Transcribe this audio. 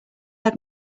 had